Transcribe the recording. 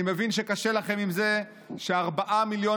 אני מבין שקשה לכם עם זה שארבעה מיליון